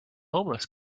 homeless